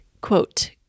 Quote